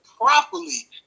properly